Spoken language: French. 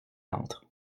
entre